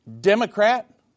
Democrat